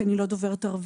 כי אני לא דוברת ערבית,